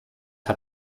had